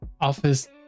Office